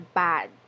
bad